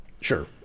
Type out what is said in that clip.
Sure